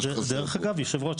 דרך אגב היו"ר,